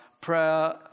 prayer